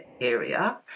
area